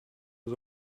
was